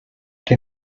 que